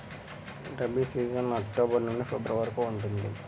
rabi season October నుండి February వరకు ఉంటుంది